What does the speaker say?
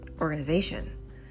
organization